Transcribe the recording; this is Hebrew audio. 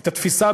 את התפיסה,